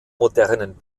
modernen